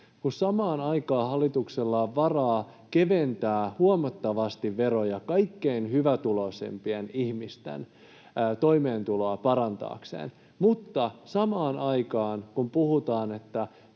kun samaan aikaan hallituksella on varaa keventää huomattavasti veroja kaikkein hyvätuloisimpien ihmisten toimeentulon parantamiseksi. Samaan aikaan, kun puhutaan, että